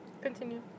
Continue